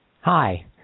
Hi